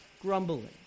grumbling